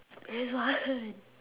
Rizwan